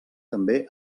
també